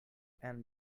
and